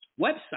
website